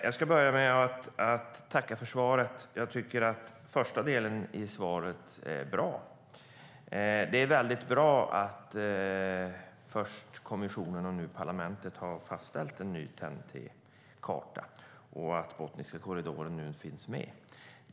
Jag ska börja med att tacka för svaret. Jag tycker att den första delen i svaret var bra. Det är bra att först kommissionen och nu parlamentet har fastställt en ny TEN-T-karta och att Botniska korridoren finns med.